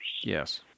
Yes